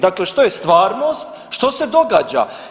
Dakle što je stvarnost, što se događa?